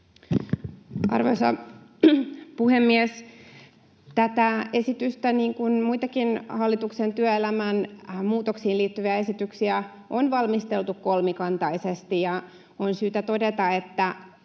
Arvoisa puhemies! Tätä esitystä, niin kuin muitakin hallituksen työelämän muutoksiin liittyviä esityksiä, on valmisteltu kolmikantaisesti. On syytä todeta, että